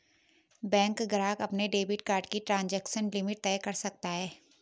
bank ग्राहक अपने debit card की ट्रांज़ैक्शन लिमिट तय कर सकता है